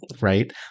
right